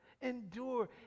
endure